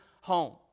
home